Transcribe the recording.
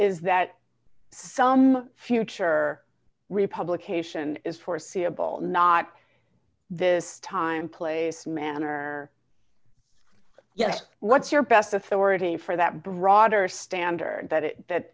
is that some future republication is foreseeable not this time place manner yet what's your best authority for that broader standard that it that